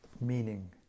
meaning